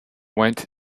went